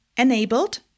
enabled